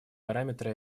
параметры